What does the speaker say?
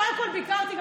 קודם כול, ביקרתי.